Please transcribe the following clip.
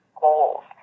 goals